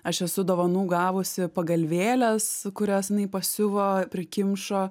aš esu dovanų gavusi pagalvėles kurias jinai pasiuvo prikimšo